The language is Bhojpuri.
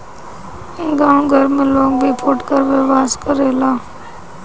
गांव घर में लोग भी फुटकर व्यवसाय करेला